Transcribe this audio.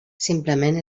simplement